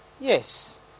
Yes